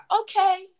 Okay